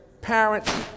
parents